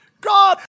God